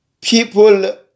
people